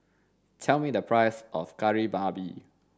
tell me the price of kari babi